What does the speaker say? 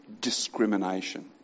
discrimination